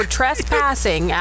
trespassing